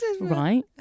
Right